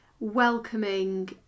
welcoming